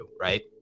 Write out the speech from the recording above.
right